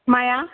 माया